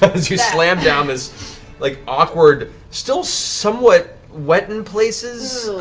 as you slam down this like awkward, still somewhat wet in places,